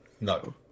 No